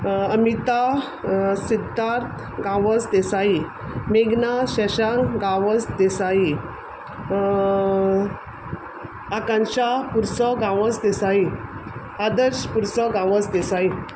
अमिता सिद्धार्थ गांवस देसाई मेघना शंशाक गांवस देसाई आकांक्षा पुरसो गांवस देसाई आदर्श पुरसो गांवस देसाई